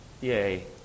Yay